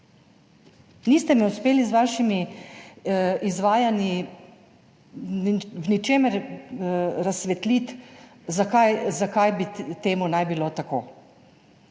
Niste me uspeli z vašimi izvajanji v ničemer razsvetliti, zakaj naj bi bilo tako.